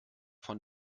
von